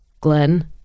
Glenn